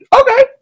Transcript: Okay